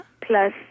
Plus